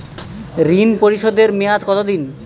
ঋণ পরিশোধের মেয়াদ কত দিন?